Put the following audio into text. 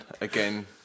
again